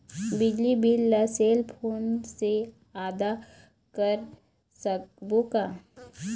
बिजली बिल ला cell phone से आदा कर सकबो का?